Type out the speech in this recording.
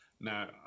Now